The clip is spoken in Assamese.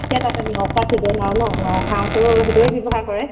এতিয়া তাতে ন খোৱা ছিজন আৰু ন খাওঁতেও সেইটোৱে ব্যৱহাৰ কৰে